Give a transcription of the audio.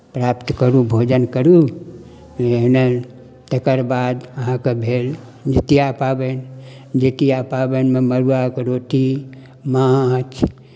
प्राप्त करू भोजन करू बुझलियै कि नहि तकर बाद अहाँके भेल जितिया पाबनि जितिया पाबनिमे मड़ुआके रोटी माँछ